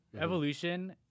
evolution